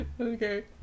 Okay